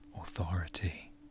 authority